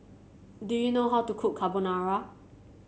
do you know how to cook Carbonara